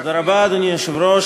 אדוני היושב-ראש,